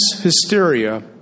hysteria